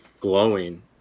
glowing